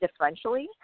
differentially